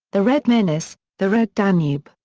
the red menace, the red danube,